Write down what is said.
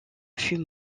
fut